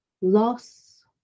loss